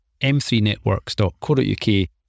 m3networks.co.uk